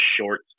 short